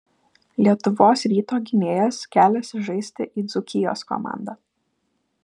lietuvos ryto gynėjas keliasi žaisti į dzūkijos komandą